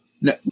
No